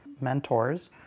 mentors